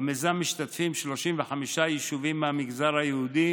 במיזם משתתפים 35 יישובים מהמגזר היהודי